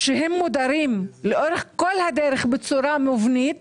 שהם מודרים לאורך כל הדרך בצורה מבנית,